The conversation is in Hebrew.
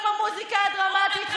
עם המוזיקה הדרמטית,